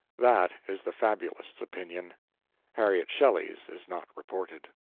that is the fabulist's opinion harriet shelley's is not reported.